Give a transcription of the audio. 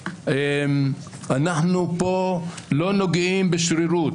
שאנחנו לא נוגעים פה בשרירות,